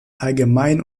allgemein